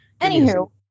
Anywho